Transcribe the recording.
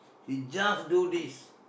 he just do this